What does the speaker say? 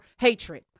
hatred